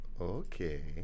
Okay